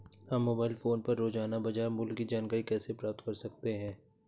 हम mobile phone पर रोजाना बाजार मूल्य की जानकारी कैसे प्राप्त कर सकते हैं?